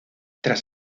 tras